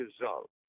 result